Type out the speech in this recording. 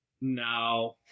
No